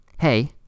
hey